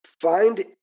Find